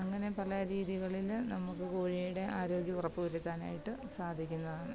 അങ്ങനെ പല രീതികളില് നമുക്ക് കോഴിയുടെ ആരോഗ്യം ഉറപ്പു വരുത്താനായിട്ട് സാധിക്കുന്നതാണ്